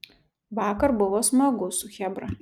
vakar buvo smagu su chebra